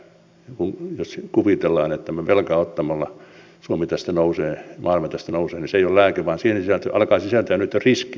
jos me kuvittelemme että velkaa ottamalla suomi tästä nousee maailma tästä nousee niin se ei ole lääke vaan alkaa sisältyä nyt jo riskiä